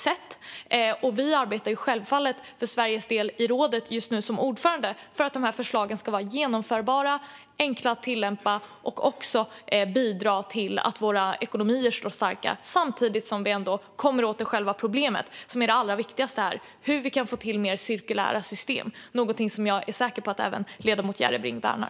Som ordförande i rådet arbetar Sverige självfallet för att dessa förslag ska vara genomförbara, enkla att tillämpa och bidra till att våra ekonomier står starka samtidigt som man kommer åt själva problemet, som är det allra viktigaste här: hur vi kan få till mer cirkulära system. Det är något som jag är säker på att även ledamoten Järrebring värnar.